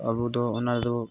ᱟᱵᱚ ᱫᱚ ᱚᱱᱟ ᱫᱚ